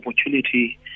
opportunity